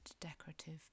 decorative